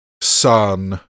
son